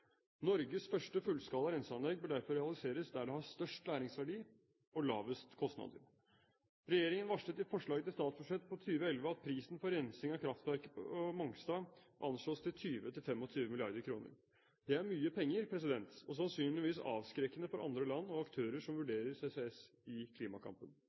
Norges første fullskala renseanlegg bør derfor realiseres der det har størst læringsverdi og lavest kostnader. Regjeringen varslet i forslaget til statsbudsjett for 2011 at prisen for rensing av kraftverket på Mongstad anslås til 20–25 mrd. kr. Det er mye penger – og sannsynligvis avskrekkende for andre land og aktører som vurderer CCS i klimakampen.